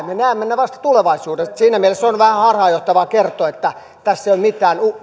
me näemme ne vasta tulevaisuudessa siinä mielessä on vähän harhaanjohtavaa kertoa että tässä ei ole mitään